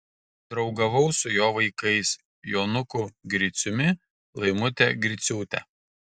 draugavau su jo vaikais jonuku griciumi laimute griciūte